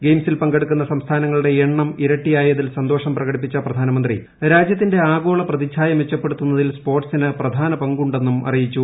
ഗെയിംസിൽ പങ്കെടുക്കുന്ന ്സംസ്ഥാനങ്ങളുടെ എണ്ണം ഇരട്ടിയായതിൽ സന്തോഷം പ്രകടിപ്പിച്ചു പ്പിധാനമന്ത്രി രാജ്യത്തിന്റെ ആഗോള പ്രതിച്ഛായ മെച്ചപ്പെടുത്തു്ന്ന്തിൽ സ്പോട്സിന് പ്രധാന പങ്കുണ്ടെന്നും അറിയിച്ചു